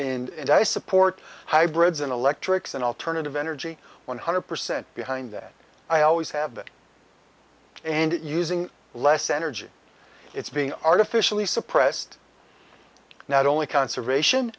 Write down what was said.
and i support hybrids and electric and alternative energy one hundred percent behind that i always have that and using less energy it's being artificially suppressed not only conservation